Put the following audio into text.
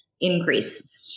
increase